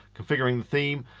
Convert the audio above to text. configuring the theme,